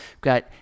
Got